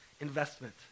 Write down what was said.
investment